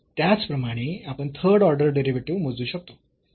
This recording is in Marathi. त्याचप्रमाणे आपण थर्ड ऑर्डर डेरिव्हेटिव्ह मोजू शकतो